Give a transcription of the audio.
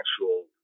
actual